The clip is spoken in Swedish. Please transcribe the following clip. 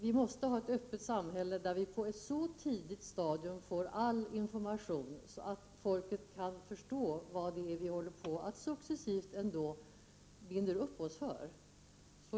Vi måste ha ett öppet samhälle där vi på ett så tidigt stadium som möjligt får all möjlig information, så att folket kan förstå vad det är vi successivt ändå håller på att binda upp oss för.